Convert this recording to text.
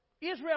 Israel